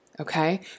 Okay